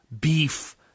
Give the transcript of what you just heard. beef